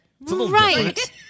Right